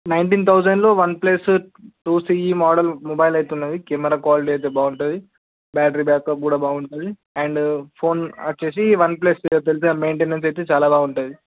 nineteen thousand లో OnePlus two CE model లో mobile అయితే ఉంది కెమెరా క్వాలిటీ అయితే బాగుంటుంది బ్యాటరీ బ్యాక్అప్ కుడా బాగుంటుంది అండ్ ఫోన్ వచ్చి వన్ప్లస్ తెలుసుగా మైంటెనెన్సు అయితే చాలా బాగా ఉంటుంది